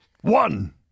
One